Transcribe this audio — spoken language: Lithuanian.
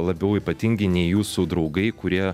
labiau ypatingi nei jūsų draugai kurie